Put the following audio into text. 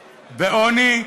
בעוני,